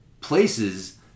places